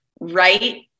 right